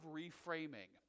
reframing